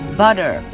butter